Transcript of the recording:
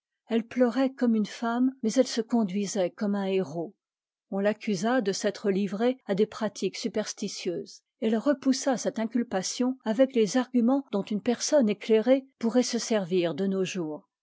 elle pleurait comme une femme mais elle se conduisait comme un héros on l'accusa de s'être livrée à des pratiques superstitieuses et elle repoussa cette inculpation avec les arguments dont une personne éctairée pourrait se servir de nos jours